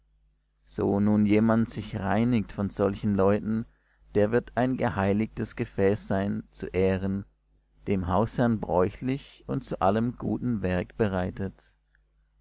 so nun jemand sich reinigt von solchen leuten der wird ein geheiligtes gefäß sein zu ehren dem hausherrn bräuchlich und zu allem guten werk bereitet